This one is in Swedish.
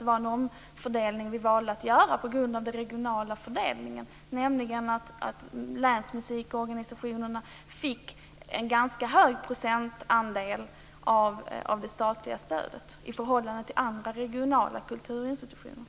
Vi valde att göra en omfördelning på grund av den regionala fördelningen. Länsmusikorganisationerna fick en ganska hög procentandel av det statliga stödet i förhållande till andra regionala kulturinstitutioner.